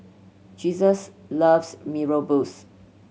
Jesus loves Mee Rebus